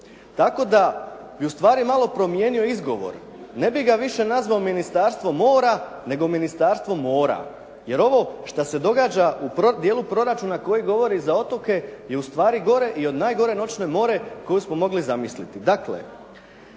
Tako da bi ustvari malo promijenio izgovor. Ne bih ga više nazvao Ministarstvo mora nego Ministarstvo «mora» jer ovo što se događa u prvom dijelu proračuna koji govori za otoke je ustvari gore i od najgore noćne more koju smo mogli zamisliti.